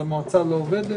אז המועצה לא עובדת?